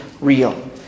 real